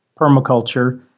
permaculture